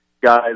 guys